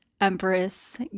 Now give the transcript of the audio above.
Empress